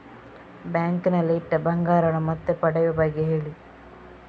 bank ನಲ್ಲಿ ಇಟ್ಟ ಬಂಗಾರವನ್ನು ಮತ್ತೆ ಪಡೆಯುವ ಬಗ್ಗೆ ಹೇಳಿ